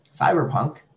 Cyberpunk